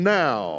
now